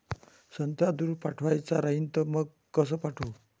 संत्रा दूर पाठवायचा राहिन तर मंग कस पाठवू?